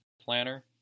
Planner